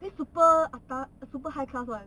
this super atas super high class [one]